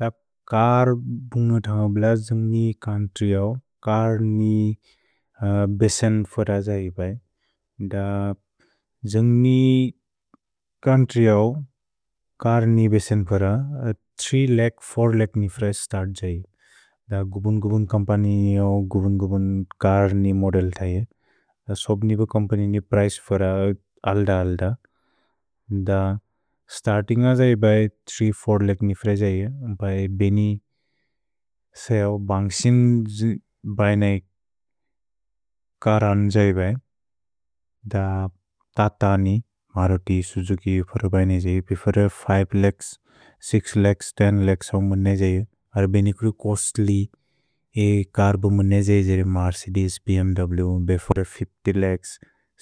त् क्र् भुन्ग ṭह्म्ब्ल द्जुन्ग्न् क्न्त्रि उ, क्र्नि बेसेन् फर जयि बै। द द्जुन्ग्न् क्न्त्रि उ, क्र्नि बेसेन् फर, थ्री लख्, फोउर् लख् नि फर स्तर्त् जयि। द गुबुन्-गुबुन् कम्पनि उ, गुबुन्-गुबुन् क्र्नि मोदेल् थयि। द सोब् निवु कम्पनि नि प्रिचे फर अल्द-अल्द। द स्तर्तिन्ग जयि बै, थ्री लख् फोउर् लख् नि फर जयि। भै बेनि सयौ बन्ग्सिन् जयि बैने, क्रनि जयि बै। द तत नि, मरुति, सुजुकि फर बैने जयि। पे फर five lakhs, six lakhs, ten lakhs उ मुने जयि। अर् बेनिक्रु कोस्त्लि, ए क्र् बुमु ने जयि जेरि Mercedes, भ्म्व्, before the fifty lakhs,